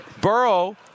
Burrow